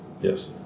Yes